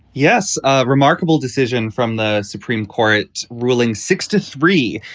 yes, ah remarkable decision from the supreme court ruling six to three.